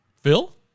Phil